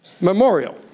memorial